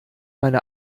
meine